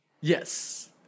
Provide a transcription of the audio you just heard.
yes